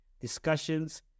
discussions